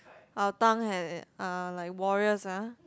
our tongue ha~ are like warriors ah